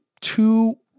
two